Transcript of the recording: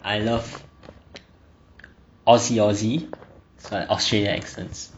I love aussie aussie like australia accents